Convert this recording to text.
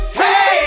hey